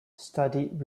studied